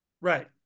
Right